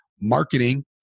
marketing